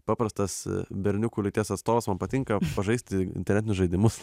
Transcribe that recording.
paprastas berniukų lyties atstovas man patinka pažaisti internetinius žaidimus